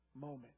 moment